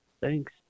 thanks